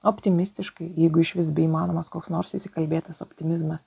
optimistiškai jeigu išvis beįmanomas koks nors įsikalbėtas optimizmas